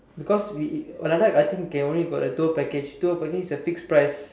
because we we oh ladakh I think can only got the tour package tour package is a fixed price